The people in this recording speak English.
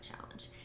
challenge